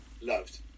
loved